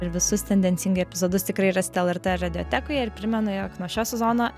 ir visus tendencingai epizodus tikrai rasite lrt radiotekoje ir primenu jog nuo šio sezono